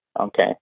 Okay